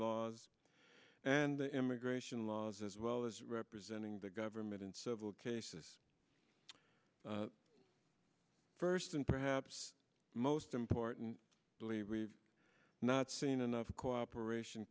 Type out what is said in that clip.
laws and the immigration laws as well as representing the government in civil cases first and perhaps most important believe we've not seen enough cooperation